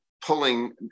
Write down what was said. pulling